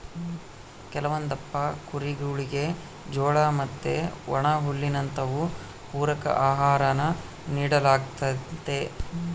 ಕೆಲವೊಂದಪ್ಪ ಕುರಿಗುಳಿಗೆ ಜೋಳ ಮತ್ತೆ ಒಣಹುಲ್ಲಿನಂತವು ಪೂರಕ ಆಹಾರಾನ ನೀಡಲಾಗ್ತತೆ